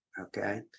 okay